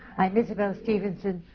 i'm isabelle stevenson,